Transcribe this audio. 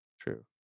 True